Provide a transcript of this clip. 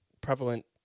prevalent